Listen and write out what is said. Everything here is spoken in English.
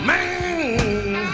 Man